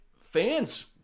fans